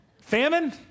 Famine